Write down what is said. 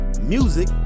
music